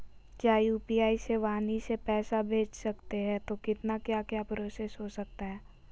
क्या यू.पी.आई से वाणी से पैसा भेज सकते हैं तो कितना क्या क्या प्रोसेस हो सकता है?